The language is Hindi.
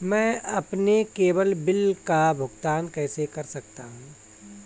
मैं अपने केवल बिल का भुगतान कैसे कर सकता हूँ?